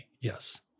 Yes